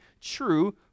true